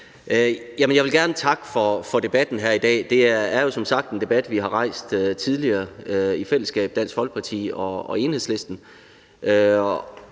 Jeg vil gerne takke for debatten her i dag. Der er jo som sagt en debat, vi tidligere har rejst i fællesskab – Dansk Folkeparti og Enhedslisten